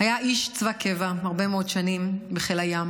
היה איש צבא קבע הרבה מאוד שנים בחיל הים.